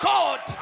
God